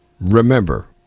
remember